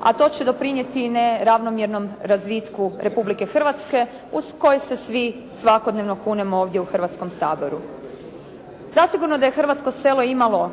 a to će doprinijeti neravnomjernom razvitku Republike Hrvatske u koje se svi svakodnevno kunemo ovdje u Hrvatskom saboru. Zasigurno da je hrvatsko selo imalo